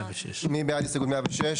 כן, מי בעד הסתייגות 106?